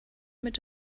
mit